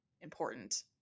important